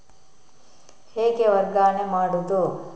ಹೇಗೆ ವರ್ಗಾವಣೆ ಮಾಡುದು?